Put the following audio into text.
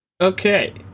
okay